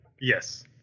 Yes